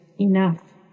enough